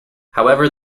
however